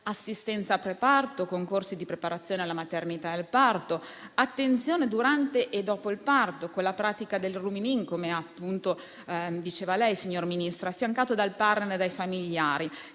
assistenza preparto con corsi di preparazione alla maternità e al parto, attenzione durante e dopo il parto, con la pratica del *rooming in*, come diceva il signor Ministro, affiancate dal *partner* e dai familiari,